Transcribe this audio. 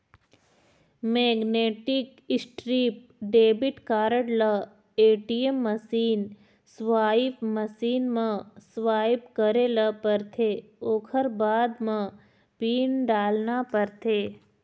magnetic stripe debit card ल ATM machine, swipe machine म swipe करे ल परथे ओखर बाद म पिन डालना परथे